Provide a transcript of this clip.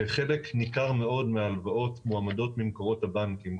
שחלק ניכר מאוד מההלוואות מועמדות ממקורות הבנקים.